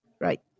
right